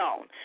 own